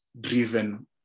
driven